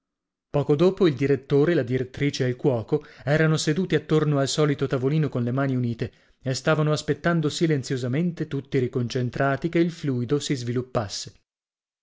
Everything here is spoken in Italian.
poco dopo il direttore la direttrice e il cuoco erano seduti attorno al solito tavolino con le mani unite e stavano aspettando silenziosamente tutti riconcentrati che il fluido si sviluppasse